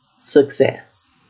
success